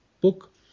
book